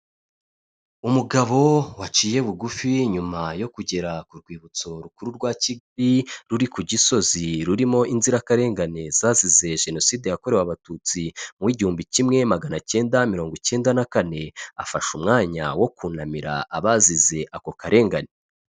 Umugabo waciye bugufi nyuma yo kugera ku rwibutso rukuru rwa Kigali ruri ku Gisozi rurimo inzirakarengane zazize Jenoside yakorewe Abatutsi mu w'igihumbi kimwe magana cyenda mirongo icyenda na kane, afashe umwanya wo kunamira abazize ako karengane.